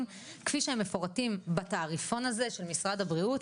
כפי שהם מפורטים בתעריפון הזה של משרד הבריאות,